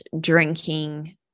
drinking